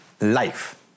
life